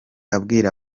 abwira